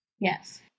Yes